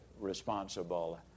responsible